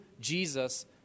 Jesus